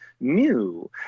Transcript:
new